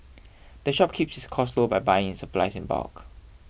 the shop keeps its costs low by buying its supplies in bulk